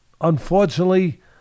unfortunately